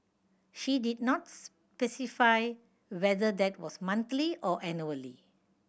she did not specify whether that was monthly or annually